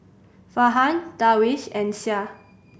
Farhan Darwish and Syah